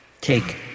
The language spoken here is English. Take